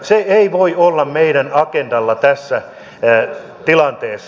se ei voi olla meidän agendallamme tässä tilanteessa